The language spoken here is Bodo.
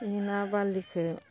बिनि ना बारलिखौ